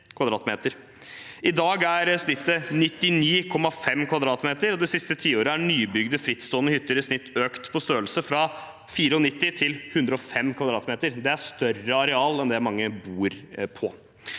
I dag er snittet 99,5 m[2]. Det siste tiåret har nybygde frittstående hytter i snitt økt i størrelse fra 94 til 105 m[2]. Det er et større areal enn mange bor på.